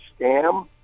scam